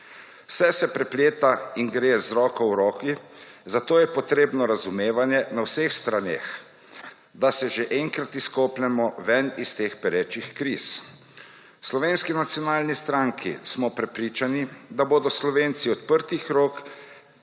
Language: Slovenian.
Vse se prepleta in gre z roko v roki, zato je potrebno razumevanje na vseh straneh, da se že enkrat izkopljemo ven iz teh perečih kriz. V Slovenski nacionalni stranki smo prepričani, da bodo Slovenci odprtih rok